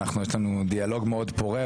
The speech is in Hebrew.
יש לנו דיאלוג מאוד פורה,